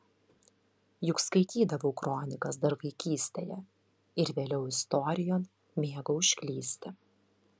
juk skaitydavau kronikas dar vaikystėje ir vėliau istorijon mėgau užklysti